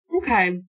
Okay